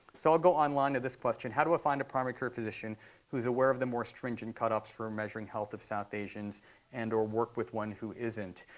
so i'll go online to this question. how do i find a primary care physician who is aware of the more stringent cutoffs for measuring health of south asians and or work with one who isn't?